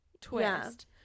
Twist